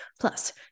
Plus